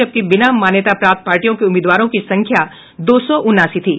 जबकि बिना मान्यता प्राप्त पार्टियों के उम्मीदवारों की संख्या दो सौ उनासी थी